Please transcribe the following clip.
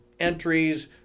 entries